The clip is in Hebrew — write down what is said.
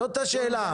זאת השאלה.